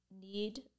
need